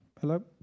Hello